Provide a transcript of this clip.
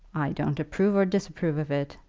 i don't approve or disapprove of it.